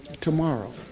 tomorrow